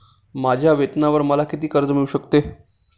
माझ्या वेतनावर मला किती कर्ज मिळू शकते?